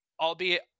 albeit